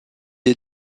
est